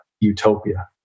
utopia